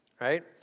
Right